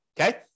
okay